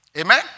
Amen